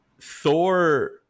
Thor